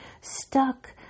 Stuck